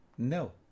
No